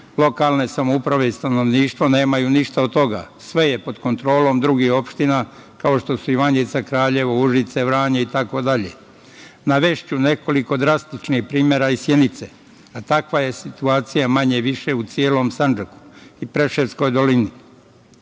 lokalne samouprave i stanovništvo nemaju ništa od toga, sve je pod kontrolom drugih opština, kao što su Ivanjica, Kraljevo, Užice, Vranje itd. Navešću nekoliko drastičnih primera iz Sjenice, a takva je situacija manje, više u celom Sandžaku i Preševskoj dolini.